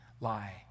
lie